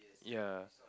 ya